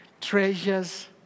treasures